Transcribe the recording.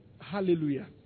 Hallelujah